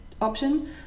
option